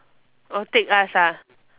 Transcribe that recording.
oh take us ah